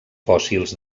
fòssils